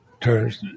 turns